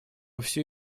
все